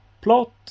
plot